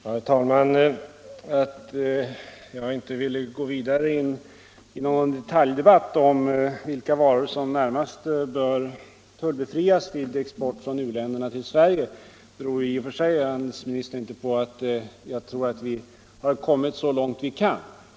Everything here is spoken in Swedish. Herr talman! Att jag inte ville gå vidare in i någon detaljdebatt om vilka varor som närmast bör tullbefrias vid export från u-länderna till Sverige beror i och för sig inte på att jag tror att vi har kommit så långt vi kan.